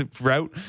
route